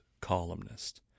columnist